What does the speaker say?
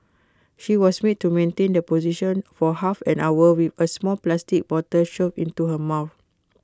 she was made to maintain the position for half an hour with A small plastic bottle shoved into her mouth